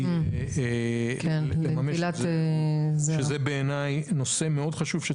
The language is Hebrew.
לממש את נטילת הזרע מחיילים קרביים,